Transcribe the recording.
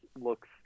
looks